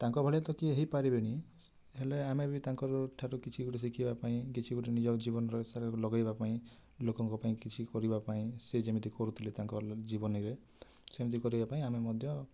ତାଙ୍କଭଳିଆ ତ କିଏ ହେଇ ପାରିବେନି ହେଲେ ଆମେ ବି ତାଙ୍କରୁ ଠାରୁ କିଛି ଗୋଟେ ଶିଖିବା ପାଇଁ କିଛି ଗୋଟେ ନିଜ ଜୀବନର ଇସାରାକୁ ଲଗାଇବା ପାଇଁ ଲୋକଙ୍କ ପାଇଁ କିଛି କରିବା ପାଇଁ ସେ ଯେମିତି କରୁଥିଲେ ତାଙ୍କ ଜୀବନୀରେ ସେମିତିି କରିବା ପାଇଁ ଆମେ ମଧ୍ୟ